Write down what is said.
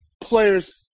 players